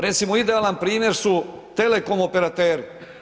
Recimo, idealan primjer su telekom operateri.